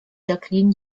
jacqueline